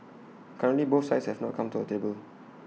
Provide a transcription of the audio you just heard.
currently both sides have not come to the table